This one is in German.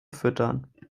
füttern